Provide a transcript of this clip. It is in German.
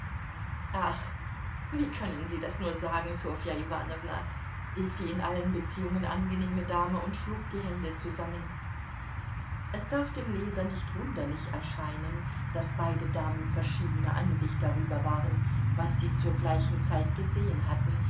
wie können sie das nur sagen ssofja iwanowna rief die in allen beziehungen angenehme dame und schlug die hände zusammen es darf dem leser nicht wunderlich erscheinen daß beide damen verschiedener ansicht darüber waren was sie zur gleichen zeit gesehen hatten